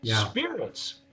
spirits